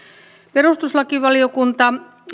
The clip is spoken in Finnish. perustuslakivaliokunta